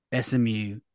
SMU